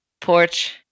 porch